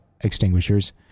extinguishers